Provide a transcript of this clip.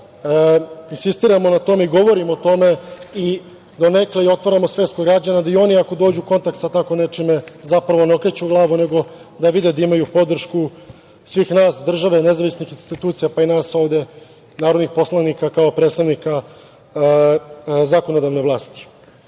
insistiramo na tome i govorimo o tome i donekle otvaramo svest kod građana da i oni ako dođu u kontakt sa tako nečim zapravo ne okreću glavu nego da vide da imaju podršku svih nas, države, nezavisnih institucija pa i nas ovde narodnih poslanika kao predstavnika zakonodavne vlasti. Narodna